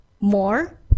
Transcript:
more